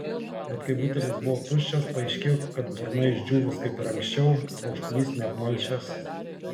bet kai butelis buvo tuščias paaiškėjo kad burna išdžiūvus kaip ir anksčiau troškulys neapmalšęs